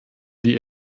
die